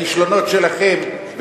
בינתיים מה שראיתי זה את הכישלונות שלכם,